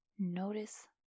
Notice